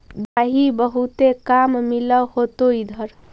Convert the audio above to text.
दमाहि बहुते काम मिल होतो इधर?